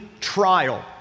trial